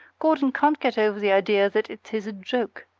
gordon can't get over the idea that it is a joke,